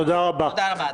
תודה רבה.